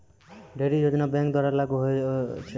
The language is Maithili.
ढ़ेरी योजना बैंक द्वारा लागू होय छै